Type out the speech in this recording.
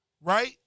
right